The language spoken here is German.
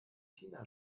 tina